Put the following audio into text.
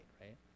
right